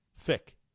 thick